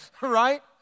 right